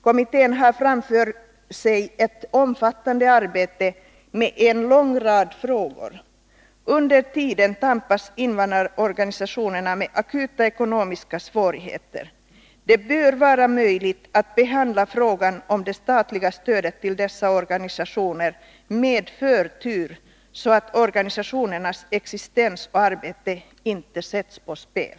Kommittén har framför sig ett omfattande arbete med en lång rad frågor. Under tiden tampas invandrarorganisationerna med akuta ekonomiska svårigheter. Det bör vara möjligt att behandla frågan om det statliga stödet till invandraroch minoritetsorganisationer med förtur, så att organisationernas existens och arbete inte sätts på spel.